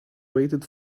waited